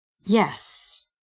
Yes